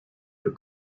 your